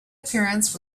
appearance